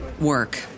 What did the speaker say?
work